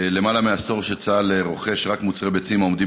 למעלה מעשור שצה"ל רוכש רק מוצרי ביצים העומדים